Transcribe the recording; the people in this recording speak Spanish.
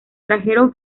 trajeron